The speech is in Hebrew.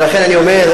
ולכן אני אומר,